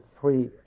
free